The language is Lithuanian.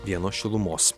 vieno šilumos